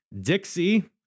Dixie